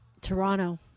Toronto